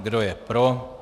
Kdo je pro?